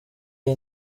iyi